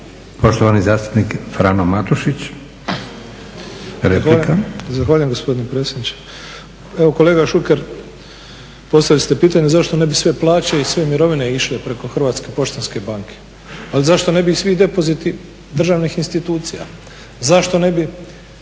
Poštovani zastupnik Frano Matušić, replika. **Matušić, Frano (HDZ)** Zahvaljujem gospodine predsjedniče. Evo kolega Šuker, postavili ste pitanje zašto ne bi sve plaće i sve mirovine išle preko Hrvatske poštanske banke. Ali zašto ne bi i svi depoziti državnih institucija? Zašto ne bi